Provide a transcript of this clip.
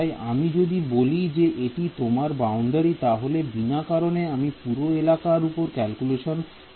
তাই আমি যদি বলি যে এটি তোমার বাউন্ডারি তাহলে বিনা কারণে আমি পুরো এলাকার উপর ক্যালকুলেশন কেন করব